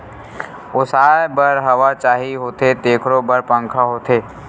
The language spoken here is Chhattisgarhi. ओसाए बर हवा चाही होथे तेखरो बर पंखा होथे